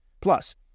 Plus